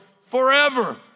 forever